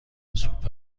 سوپ